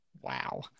Wow